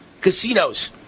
casinos